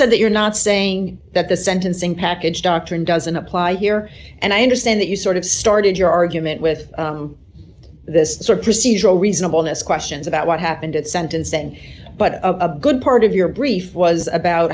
said that you're not saying that the sentencing package doctrine doesn't apply here and i understand that you sort of started your argument with this or procedural reasonableness questions about what happened at sentence then but a good part of your brief was about